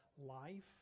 life